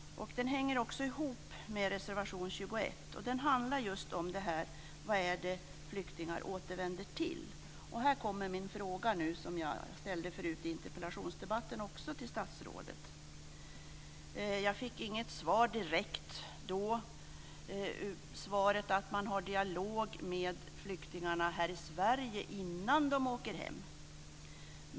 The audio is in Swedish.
Den hänger ihop med reservation 21. Den behandlar just frågan om vad det är flyktingar återvänder till. Här kommer nu den fråga som jag förut ställde till statsrådet i interpellationsdebatten. Jag fick inte direkt något svar då. Jag fick svaret att man har dialog med flyktingarna här i Sverige innan de åker hem.